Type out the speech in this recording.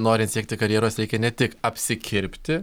norint siekti karjeros reikia ne tik apsikirpti